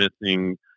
missing